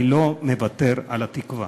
אני לא מוותר על התקווה.